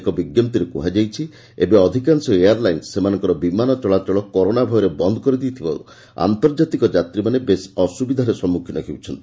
ଏକ ବିଞ୍କପ୍ତିରେ କୃହାଯାଇଛି ଏବେ ଅଧିକାଂଶ ଏୟାର୍ ଲାଇନ୍ ସେମାନଙ୍କର ବିମାନ ଚଳାଚଳ କରୋନା ଭୟରେ ବନ୍ଦ୍ କରିଦେଇଥିବାରୁ ଆନ୍ତର୍ଜାତିକ ଯାତ୍ରୀମାନେ ବେଶି ଅସୁବିଧାରେ ପଡୁଛନ୍ତି